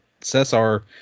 cesar